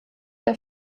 der